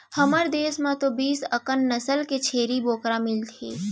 हमर देस म तो बीस अकन नसल के छेरी बोकरा मिलथे